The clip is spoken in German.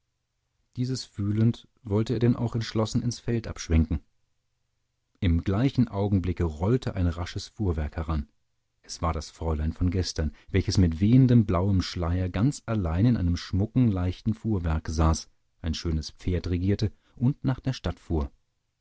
dieses fühlend wollte er denn auch entschlossen ins feld abschwenken im gleichen augenblicke rollte ein rasches fuhrwerk heran es war das fräulein von gestern welches mit wehendem blauem schleier ganz allein in einem schmucken leichten fuhrwerke saß ein schönes pferd regierte und nach der stadt fuhr